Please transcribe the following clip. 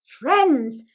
friends